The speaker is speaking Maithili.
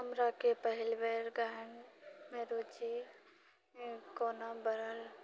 हमराके पहिल बेर गायनमे रुचि कोना बढ़ल